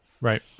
Right